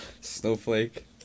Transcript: Snowflake